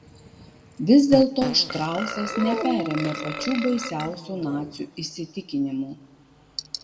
vis dėlto štrausas neperėmė pačių baisiausių nacių įsitikinimų